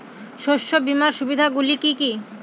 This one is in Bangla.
শস্য বীমার সুবিধা গুলি কি কি?